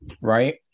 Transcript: Right